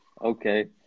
Okay